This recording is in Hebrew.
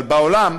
אבל בעולם,